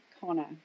Connor